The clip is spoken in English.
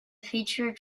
feature